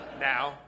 Now